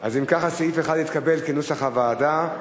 אז אם ככה, סעיף 1 התקבל כנוסח הוועדה.